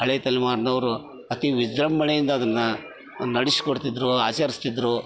ಹಳೆ ತಲೆಮಾರಿನವ್ರು ಅತಿ ವಿಜೃಂಭಣೆಯಿಂದ ಅದನ್ನು ನಡೆಸಿಕೊಡ್ತಿದ್ರು ಆಚರ್ಸ್ತಿದ್ದರು